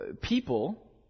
People